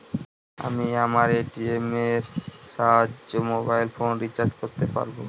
আমি আমার এ.টি.এম এর সাহায্যে মোবাইল ফোন রিচার্জ করতে পারব?